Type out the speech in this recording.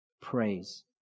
praise